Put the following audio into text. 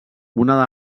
una